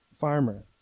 farmer